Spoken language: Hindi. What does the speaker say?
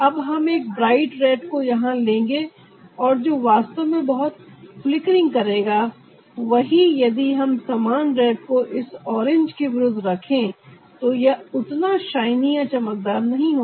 अब हम एक ब्राइट रेड को यहां लेंगे और जो वास्तव में बहुत फ्लिकर करेगा वहीं यदि हम समान रेड को इस ऑरेंज के विरुद्ध रखें तो यह उतना शाइनी या चमकदार नहीं होगा